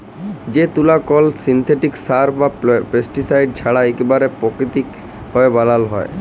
যে তুলা কল সিল্থেটিক সার বা পেস্টিসাইড ছাড়া ইকবারে পাকিতিক ভাবে বালাল হ্যয়